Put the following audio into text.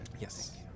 Yes